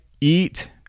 Eat